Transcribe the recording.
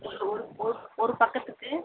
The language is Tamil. ஒரு ஒரு ஒரு பக்கத்துக்கு